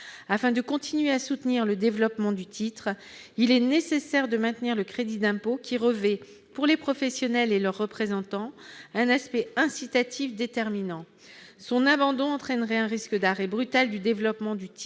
Afin de continuer à soutenir le développement du dispositif, il est nécessaire de maintenir le crédit d'impôt, qui revêt, pour les professionnels et leurs représentants, un aspect incitatif déterminant. Sa fin entraînerait un risque d'arrêt brutal du développement du titre